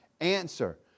Answer